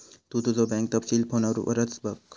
तु तुझो बँक तपशील फोनवरच बघ